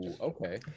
Okay